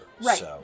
Right